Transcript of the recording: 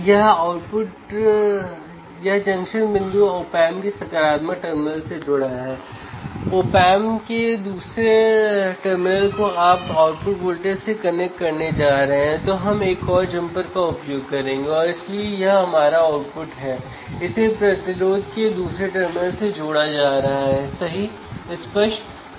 एक इनपुट पर 1 वोल्ट और दूसरे पर 2 वोल्ट है और अब हम आउटपुट को मापने की कोशिश कर रहे हैं ठीक है